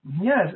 yes